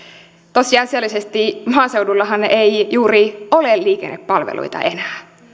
tosiasiallisesti maaseudullahan ei juuri ole liikennepalveluita enää